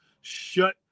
Shut